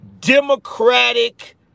Democratic